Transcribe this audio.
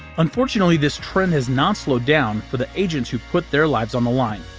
unfortunately this trend has not slowed down for the agents who put their lives on the line,